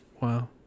Wow